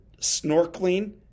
snorkeling